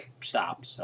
stop